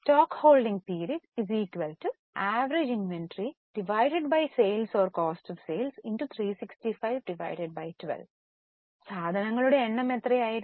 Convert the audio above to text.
stock holding period average inventory sales cost of sales x 365 12 സാധനങ്ങളുടെ എണ്ണം എത്രയായിരുന്നു